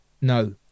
No